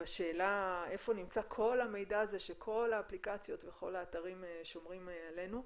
בשאלה איפה נמצא כל המידע הזה שכל האפליקציות וכל האתרים שומרים עלינו,